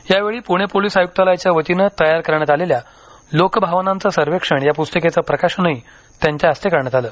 यावेळी पुणे पोलीस आयुक्तालयाच्या वतीने तयार करण्यात आलेल्या लोक भावनांचे सर्वेक्षण या पुस्तिकेचे प्रकाशनही त्यांच्या हस्ते करण्यात आलं